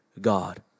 God